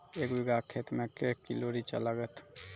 एक बीघा खेत मे के किलो रिचा लागत?